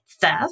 theft